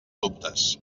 dubtes